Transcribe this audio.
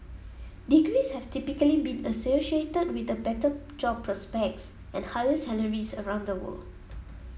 degrees have typically been associated with better job prospects and higher salaries around the world